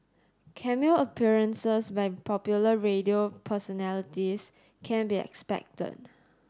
cameo appearances by popular radio personalities can be expected